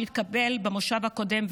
שהתקבל במושב הקודם,